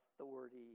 authority